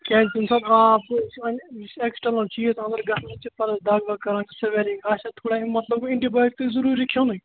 کیٛازِ یَمہِ ساتہٕ آب آسہِ ایٚکٕسٹَرنَل چیٖز اَنٛدَر گََژھن چھُ پتہٕ دَگ وَگ کَران سِویٚلِنٛگ آسیٚس تھوڑا امیُک مَطلَب گوٚو اینٛٹی بَیوٚٹِک ضروٗری کھیٚونُے